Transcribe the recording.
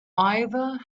either